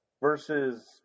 versus